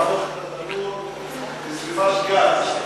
להפוך את התנור לסביבת גז.